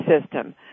system